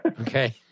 Okay